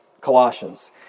Colossians